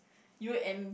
you and